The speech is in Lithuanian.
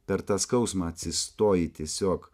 per tą skausmą atsistoji tiesiog